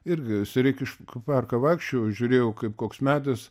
irgi sereikiškių kai parką vaikščiojau žiūrėjau kaip koks medis